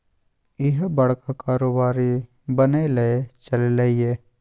इह बड़का कारोबारी बनय लए चललै ये